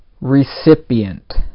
recipient